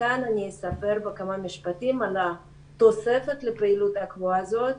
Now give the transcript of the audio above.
כאן אספר בכמה משפטים על התוספת לפעילות הקבועה הזאת.